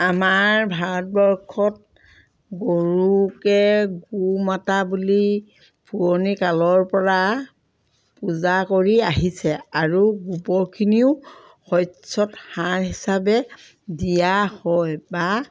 আমাৰ ভাৰতবৰ্ষত গৰুকে গুমাতা বুলি পুৰণি কালৰপৰা পূজা কৰি আহিছে আৰু গোবৰখিনিও শস্যত সাৰ হিচাপে দিয়া হয় বা